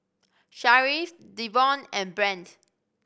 Sharif Devon and Brandt